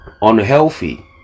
unhealthy